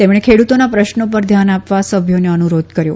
તેમણે ખેડૂતોના પ્રશ્નો પર ધ્યાન આપવા સભ્યોને અનુરોધ કર્યો